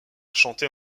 chanter